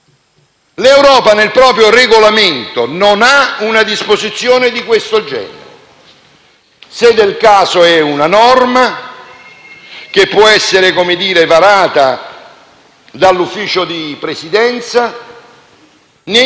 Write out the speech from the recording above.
europeo nel proprio regolamento assembleare non ha una disposizione di questo genere. Se del caso, è una norma che può essere varata dal Consiglio di Presidenza nei